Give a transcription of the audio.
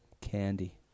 Candy